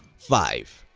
five.